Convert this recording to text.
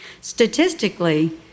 Statistically